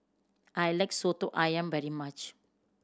I like Soto Ayam very much